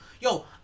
Yo